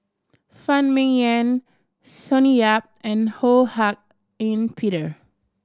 Phan Ming Yen Sonny Yap and Ho Hak Ean Peter